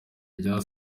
rya